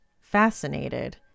fascinated